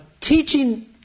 teaching